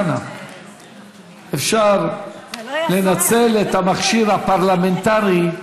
אפשר לנצל את המכשיר הפרלמנטרי,